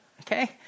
Okay